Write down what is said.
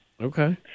Okay